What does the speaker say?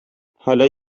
حالا